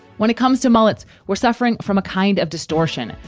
when it comes to markets, we're suffering from a kind of distortion,